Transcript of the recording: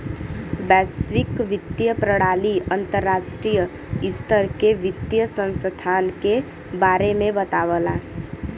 वैश्विक वित्तीय प्रणाली अंतर्राष्ट्रीय स्तर के वित्तीय संस्थान के बारे में बतावला